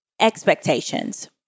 expectations